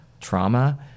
trauma